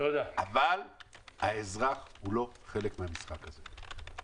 אבל האזרח הוא לא חלק מן המשחק הזה.